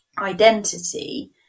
identity